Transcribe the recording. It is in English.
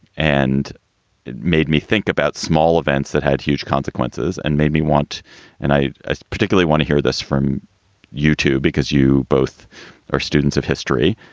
and it made me think about small events that had huge consequences and made me want and i particularly want to hear this from youtube, because you both are students of history.